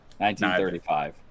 1935